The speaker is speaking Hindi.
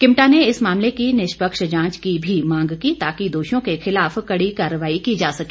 किमटा ने इस मामले की निष्पक्ष जांच की भी मांग की ताकि दोषियों के खिलाफ कड़ी कार्रवाई की जा सके